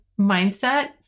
mindset